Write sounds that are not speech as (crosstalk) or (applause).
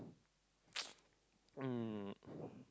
(noise) um